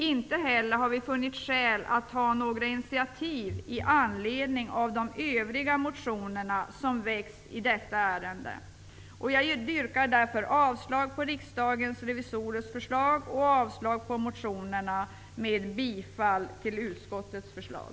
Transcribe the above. Inte heller har vi funnit skäl att ta några initiativ i anledning av de övriga motioner som väckts i detta ärende. Jag yrkar därför avslag på riksdagens revisorers förslag och avslag på motionerna samt bifall till utskottets förslag.